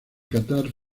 catar